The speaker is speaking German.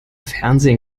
fernsehen